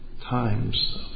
times